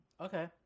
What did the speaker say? Okay